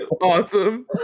Awesome